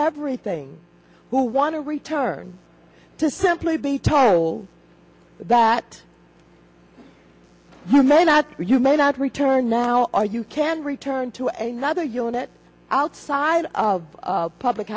everything who want to return to simply be told that you may not you may not return now or you can return to a nother unit outside of public